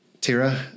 Tira